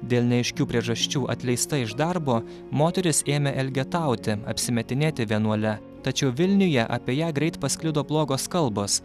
dėl neaiškių priežasčių atleista iš darbo moteris ėmė elgetauti apsimetinėti vienuole tačiau vilniuje apie ją greit pasklido blogos kalbos